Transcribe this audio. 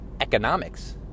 economics